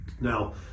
Now